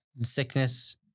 Sickness